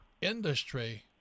industry